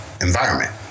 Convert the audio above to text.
environment